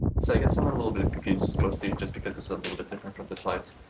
so i guess i'm a little bit confused mostly just because it's a little bit different from the slides.